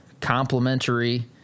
complementary